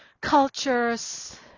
cultures